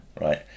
Right